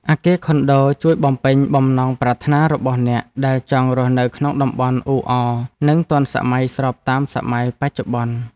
អគារខុនដូជួយបំពេញបំណងប្រាថ្នារបស់អ្នកដែលចង់រស់នៅក្នុងតំបន់អ៊ូអរនិងទាន់សម័យស្របតាមសម័យបច្ចុប្បន្ន។